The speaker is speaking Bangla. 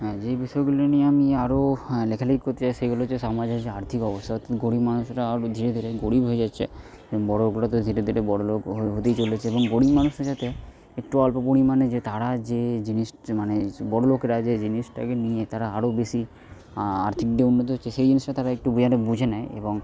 হ্যাঁ যে বিষয়গুলি নিয়ে আমি আরো লেখালিখি করতে চাই সেগুলো হচ্ছে সমাজের যে আর্থিক অবসাদ গরিব মানুষেরা আরো ধীরে ধীরে গরিব হয়ে যাচ্ছে বড়োলোকরা তো ধীরে ধীরে বড়োলোক হতেই চলেছে এবং গরিব মানুষের যাতে একটু অল্প পরিমাণে যে তারা যে জিনিসটা মানে বড়োলোকরা যে জিনিসটাকে নিয়ে তারা আরো বেশি আর্থিক হচ্ছে সেই জিনিসটা তারা একটু বুঝে নেয় এবং